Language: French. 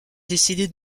décidé